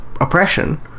oppression